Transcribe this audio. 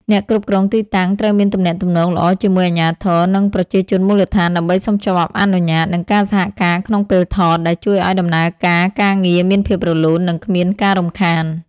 អ្នកគ្រប់គ្រងទីតាំងត្រូវមានទំនាក់ទំនងល្អជាមួយអាជ្ញាធរ និងប្រជាជនមូលដ្ឋាន ដើម្បីសុំច្បាប់អនុញ្ញាត និងការសហការក្នុងពេលថត ដែលជួយឱ្យដំណើរការការងារមានភាពរលូន និងគ្មានការរំខាន។